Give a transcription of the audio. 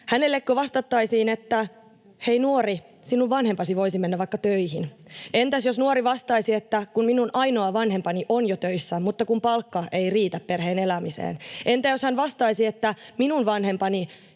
Hänellekö vastattaisiin, että hei nuori, sinun vanhempasi voisivat vaikka mennä töihin? Entäs jos nuori vastaisi, että kun minun ainoa vanhempani on jo töissä, mutta kun palkka ei riitä perheen elämiseen? Entä jos hän vastaisi, että minun vanhempani